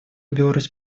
беларусь